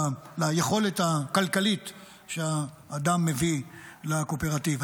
ליכולת הכלכלית שהאדם מביא לקואופרטיב.